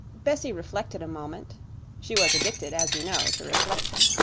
bessie reflected a moment she was addicted, as we know, to reflection.